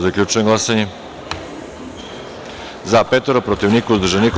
Zaključujem glasanje: za – pet, protiv – niko, uzdržan – niko.